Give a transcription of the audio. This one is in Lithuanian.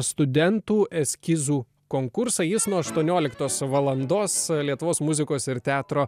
studentų eskizų konkursą jis nuo aštuonioliktos valandos lietuvos muzikos ir teatro